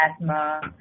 asthma